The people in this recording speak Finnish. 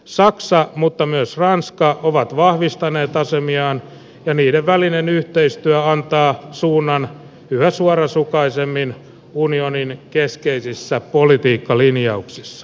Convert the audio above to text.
saksa mutta myös ranska on vahvistanut asemiaan ja niiden välinen yhteistyö antaa suunnan yhä suorasukaisemmin unionin keskeisissä politiikkalinjauksissa